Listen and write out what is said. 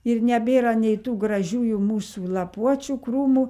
ir nebėra nei tų gražiųjų mūsų lapuočių krūmų